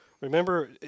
Remember